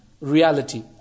reality